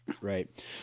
Right